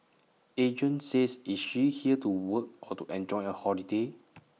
agent says is she here to work or to enjoy A holiday